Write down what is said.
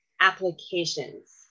Applications